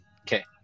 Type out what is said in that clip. Okay